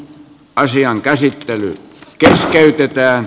asian käsittely keskeytetään